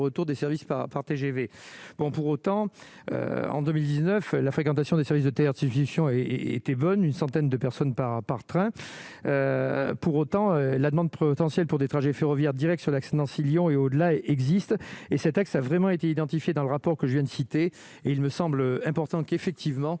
retour des services par par TGV bon pour autant en 2019, la fréquentation des services de terre fiction et était bonne, une centaine de personnes par par train pour autant la demande pour pour des trajets ferroviaires directes sur l'accident, si Lyon et au-delà, il existe, et cet axe a vraiment été identifiées dans le rapport que je viens de citer et il me semble important qu'effectivement